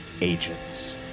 agents